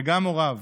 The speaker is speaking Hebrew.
וגם הוריו.